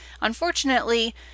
Unfortunately